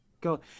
Go